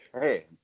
hey